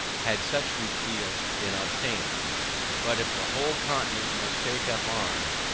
had such repeals been obtained but if the whole continent must take up arms,